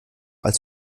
als